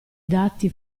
dati